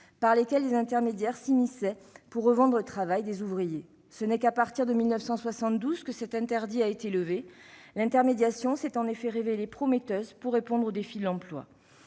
par lesquels des intermédiaires s'immisçaient pour « revendre » le travail des ouvriers. Ce n'est qu'à partir de 1972 que cet interdit a été levé. L'intermédiation s'est en effet révélée prometteuse pour répondre aux défis de l'emploi.